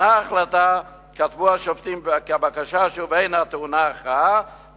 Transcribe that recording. כשניתנה ההחלטה כתבו השופטים כי הבקשה שוב אינה טעונה הכרעה,